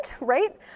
right